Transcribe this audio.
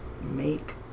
make